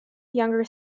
younger